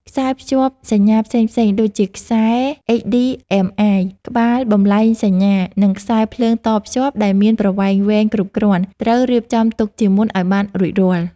ខ្សែភ្ជាប់សញ្ញាផ្សេងៗ ដូចជាខ្សែ HDMI ក្បាលបំប្លែងសញ្ញា និងខ្សែភ្លើងតភ្ជាប់ដែលមានប្រវែងវែងគ្រប់គ្រាន់ ត្រូវរៀបចំទុកជាមុនឱ្យបានរួចរាល់។